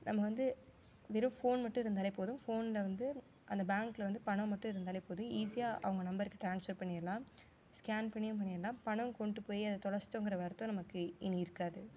நம்ம வந்து வெறும் ஃபோன் மட்டும் இருந்தாலே போதும் ஃபோனில் வந்து அந்த பேங்கில் வந்து பணம் மட்டும் இருந்தாலே போதும் ஈசியாக அவங்க நம்பருக்கு ட்ரான்ஸ்ஃபர் பண்ணிடலாம் ஸ்கேன் பண்ணியும் பண்ணிடலாம் பணம் கொண்டு போய் அதை தொலைச்சிட்டோம்ங்கிற வருத்தம் இனி இருக்காது